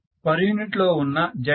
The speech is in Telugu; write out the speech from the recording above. student p